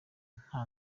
nta